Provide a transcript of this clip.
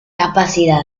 capacidad